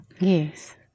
Yes